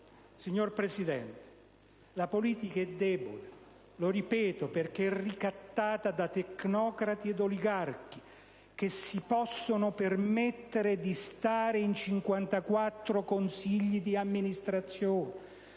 Signora Presidente, la politica è debole, lo ripeto, perché ricattata da tecnocrati ed oligarchi che si possono permettere di stare in 54 consigli di amministrazione